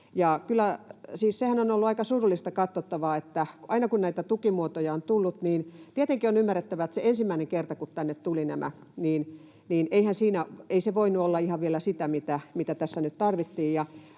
Sehän on ollut aika surullista katsottavaa, että aina kun näitä tukimuotoja on tullut — tietenkin on ymmärrettävää, että sillä ensimmäisellä kerralla, kun tänne tulivat nämä, eihän se voinut olla ihan vielä sitä, mitä tässä nyt tarvittiin,